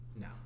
No